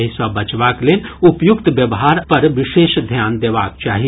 एहि सँ बचबाक लेल उपयुक्त व्यवहार पर विशेष ध्यान देबाक चाही